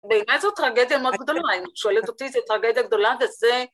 בעיניי זו טרגדיה מאוד גדולה, אם את שואלת אותי זו טרגדיה גדולה, זה זה